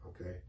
Okay